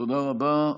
תודה רבה.